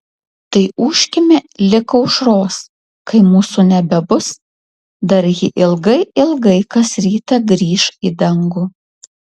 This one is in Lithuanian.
tai ūžkime lig aušros kai mūsų nebebus dar ji ilgai ilgai kas rytą grįš į dangų